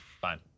Fine